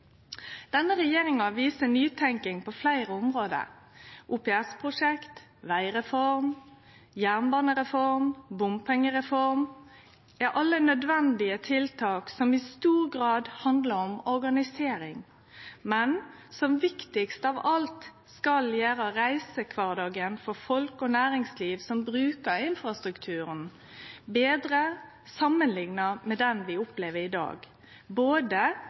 Denne regjeringa viser nytenking på fleire område. OPS-prosjekt, vegreform, jernbanereform og bompengereform er alle nødvendige tiltak som i stor grad handlar om organisering, men som – viktigast av alt – skal gjere reisekvardagen for folk og næringsliv som brukar infrastrukturen, betre samanlikna med den den opplever i dag, både